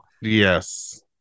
Yes